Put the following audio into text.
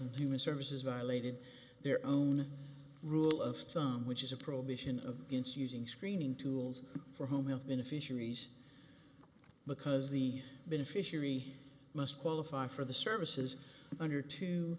and human services violated their own rule of thumb which is a prohibition of using screening tools for home health been a fisheries because the beneficiary must qualify for the services under t